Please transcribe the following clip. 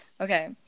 Okay